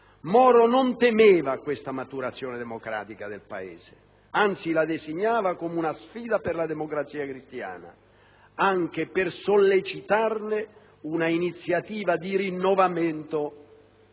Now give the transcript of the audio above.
Moro non temeva questa maturazione democratica del Paese, anzi la designava come una sfida per la Democrazia cristiana, anche per sollecitarne un'iniziativa di rinnovamento